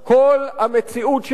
כל המציאות שלנו,